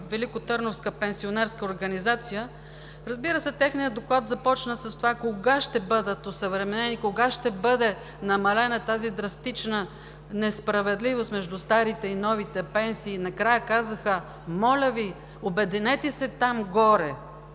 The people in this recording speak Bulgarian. великотърновска пенсионерска организация. Разбира се, техният доклад започна с това: кога ще бъдат осъвременени, кога ще бъде намалена тази драстична несправедливост между старите и новите пенсии? Накрая казаха: „Моля Ви, обединете се там горе!“